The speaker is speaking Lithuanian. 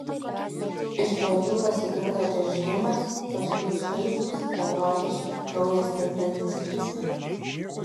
iš pradžių pasigirdo džeržgimas paskui šaižūs beprotiški kraują stingdantys klyksmai